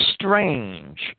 strange